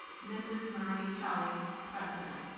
mrs. marie kelly, president.